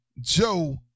Joe